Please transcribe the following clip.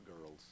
girl's